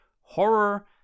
horror